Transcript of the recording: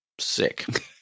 Sick